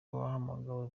wahamagawe